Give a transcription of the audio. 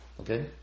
Okay